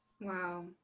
wow